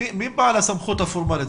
מי בעל הסמכות הפורמלית?